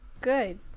Good